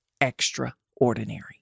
extraordinary